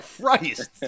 Christ